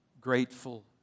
grateful